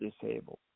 disabled